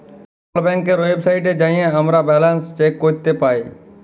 call ব্যাংকের ওয়েবসাইটে যাঁয়ে আমরা ব্যাল্যান্স চ্যাক ক্যরতে পায়